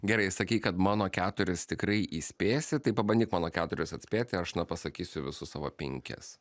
gerai sakei kad mano keturis tikrai įspėsi tai pabandyk mano keturis atspėti aš na pasakysiu visus savo penkis